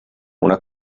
una